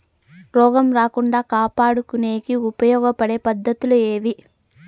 రోగం రాకుండా కాపాడుకునేకి ఉపయోగపడే పద్ధతులు ఏవి?